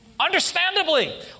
Understandably